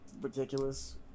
ridiculous